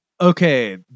Okay